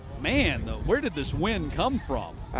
man, where did this wind come from?